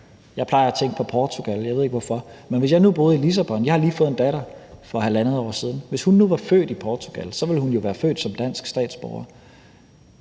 og jeg ved ikke hvorfor. Men hvis jeg nu boede i Lissabon – jeg har lige fået en datter for halvandet år siden – og min datter nu var født i Portugal, ville hun jo være født som dansk statsborger.